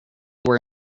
were